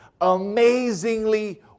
amazingly